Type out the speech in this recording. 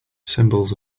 symbols